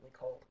cold